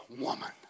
woman